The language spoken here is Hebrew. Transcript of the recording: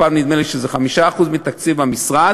הפעם נדמה לי שזה 5% מתקציב המשרד,